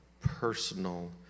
personal